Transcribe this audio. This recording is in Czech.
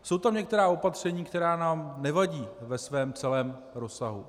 Jsou tam některá opatření, která nám nevadí ve svém celém rozsahu.